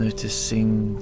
Noticing